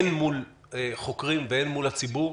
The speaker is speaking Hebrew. הן מול חוקרים והן מול הציבור,